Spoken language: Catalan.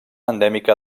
endèmica